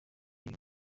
ibi